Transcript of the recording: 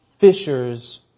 Fishers